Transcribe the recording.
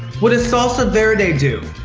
what does salsa verde do?